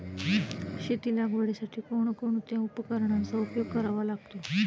शेती लागवडीसाठी कोणकोणत्या उपकरणांचा उपयोग करावा लागतो?